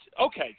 okay